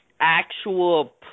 actual